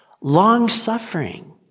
long-suffering